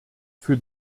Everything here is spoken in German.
für